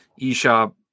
eShop